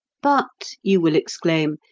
but, you will exclaim,